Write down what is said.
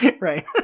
right